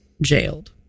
jailed